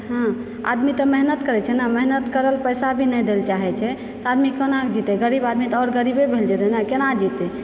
हँ आदमी तऽ मेहनत करैत छै नहि मेहनत करल पैसा भी नहि दयलऽ चाहैत छै तऽ आदमी कोनाके जीते गरीब आदमी तऽ आओर गरीबे भेल जेतय नहि केना जीतय